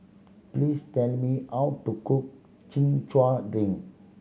please tell me how to cook Chin Chow drink